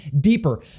deeper